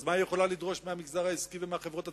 אז מה היא יכולה לדרוש מהמגזר העסקי ומהחברות הציבוריות?